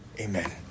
amen